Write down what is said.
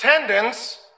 attendance